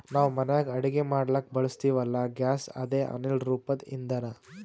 ನಾವ್ ಮನ್ಯಾಗ್ ಅಡಗಿ ಮಾಡ್ಲಕ್ಕ್ ಬಳಸ್ತೀವಲ್ಲ, ಗ್ಯಾಸ್ ಅದೇ ಅನಿಲ್ ರೂಪದ್ ಇಂಧನಾ